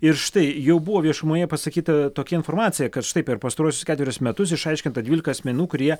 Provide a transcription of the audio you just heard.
ir štai jau buvo viešumoje pasakyta tokia informacija kad štai per pastaruosius ketverius metus išaiškinta dvylika asmenų kurie